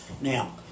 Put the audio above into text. Now